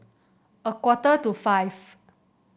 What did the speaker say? a quarter to five